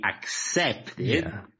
accepted